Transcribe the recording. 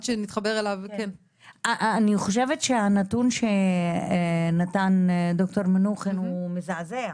אני חושבת שהנתון שנתן ד"ר מנוחין הוא מזעזע.